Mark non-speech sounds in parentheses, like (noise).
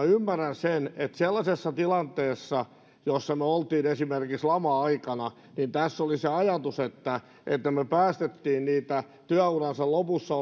(unintelligible) ymmärrän sen että sellaisessa tilanteessa jossa me olimme esimerkiksi lama aikana tässä oli se ajatus että me päästimme niitä työuransa lopussa (unintelligible)